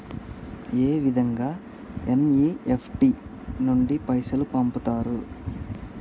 ఏ విధంగా ఎన్.ఇ.ఎఫ్.టి నుండి పైసలు పంపుతరు?